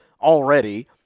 already